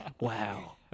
Wow